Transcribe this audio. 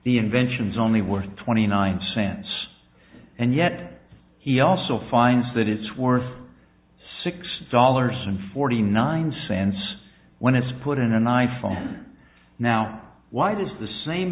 the inventions only worth twenty nine cents and yet he also finds that it's worth six dollars and forty nine cents when it's put in a night from now why does the same